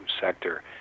sector